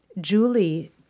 Julie